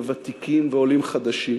וותיקים ועולים חדשים.